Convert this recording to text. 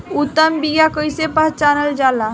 उत्तम बीया कईसे पहचानल जाला?